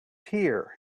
here